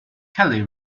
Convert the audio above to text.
kelley